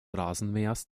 rasenmähers